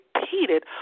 repeated